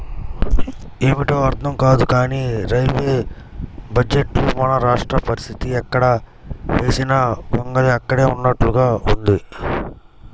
ఏమిటో అర్థం కాదు కానీ రైల్వే బడ్జెట్లో మన రాష్ట్ర పరిస్తితి ఎక్కడ వేసిన గొంగళి అక్కడే ఉన్నట్లుగా ఉంది